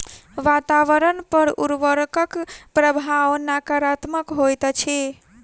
वातावरण पर उर्वरकक प्रभाव नाकारात्मक होइत अछि